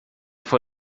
vor